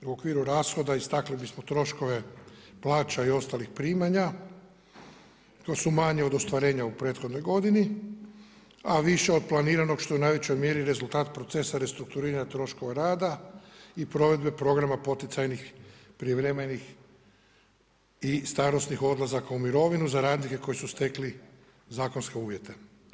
U okviru rashoda istakli bismo troškove plaća i ostalih primanja koji su manji od ostvarenja u prethodnoj godini a više od planiranog što je u najvećoj mjeri rezultat proces restrukturiranja troškova rada i provedbe programa poticajnih prijevremenih i starosnih odlazaka u mirovinu za radnike koji ste stekli zakonske uvjete.